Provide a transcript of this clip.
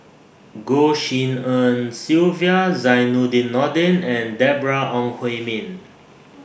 Goh Tshin En Sylvia Zainudin Nordin and Deborah Ong Hui Min